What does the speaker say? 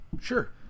Sure